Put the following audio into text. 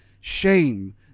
shame